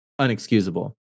unexcusable